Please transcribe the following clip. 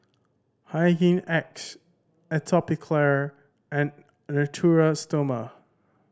Hygin X Atopiclair and Natura Stoma